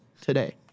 today